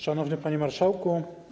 Szanowny Panie Marszałku!